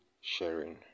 sharing